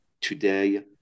today